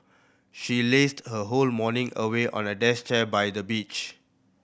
she lazed her whole morning away on a deck chair by the beach